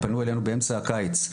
פנו אלינו באמצע הקיץ,